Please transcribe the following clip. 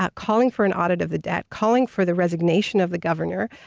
ah calling for an audit of the debt. calling for the resignation of the governor.